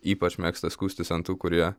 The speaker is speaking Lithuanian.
ypač mėgsta skųstis ant tų kurie